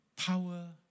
Power